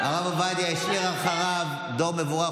הרב עובדיה השאיר אחריו דור מבורך,